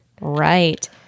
Right